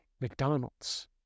McDonald's